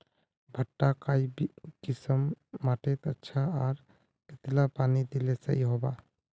भुट्टा काई किसम माटित अच्छा, आर कतेला पानी दिले सही होवा?